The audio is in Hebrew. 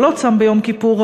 לא צם ביום כיפור,